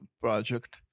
project